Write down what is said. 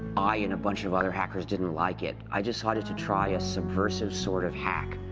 i and bunch of other hackers didn't like it, i decided to try a subversive sort of hack.